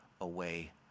away